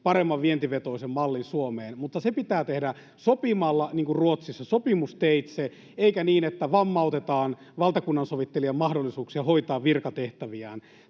paremman vientivetoisen mallin Suomeen, mutta se pitää tehdä sopimalla, niin kuin Ruotsissa, sopimusteitse, eikä niin, että vammautetaan valtakunnansovittelijan mahdollisuuksia hoitaa virkatehtäviään.